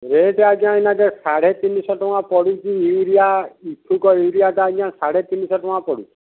rate ଆଜ୍ଞା ଏଇନା ତ ସାଢ଼େ ତିନିଶହ ଟଙ୍କା ପଡ଼ୁଛି ୟୁରିଆ ଇଛୁକ ୟୁରିଆଟା ଆଜ୍ଞା ସାଢ଼େ ତିନିଶହ ଟଙ୍କା ପଡ଼ୁଛି